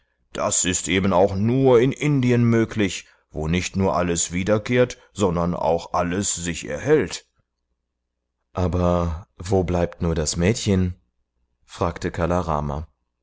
das ist eben auch nur in indien möglich wo nicht nur alles wiederkehrt sondern auch alles sich erhält aber wo bleibt nur das mädchen fragte kala rama